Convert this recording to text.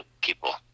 people